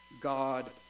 God